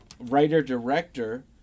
writer-director